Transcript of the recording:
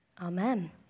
Amen